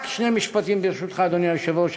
רק שני משפטים, ברשותך, אדוני היושב-ראש.